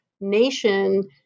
nation